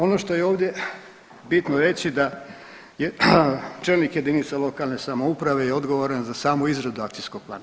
Ono što je ovdje bitno reći da je čelnik jedinice lokalne samouprave je odgovoran za samu izradu akcijskog plana.